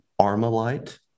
Armalite